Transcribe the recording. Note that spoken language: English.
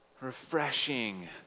refreshing